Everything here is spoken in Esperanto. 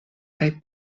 kaj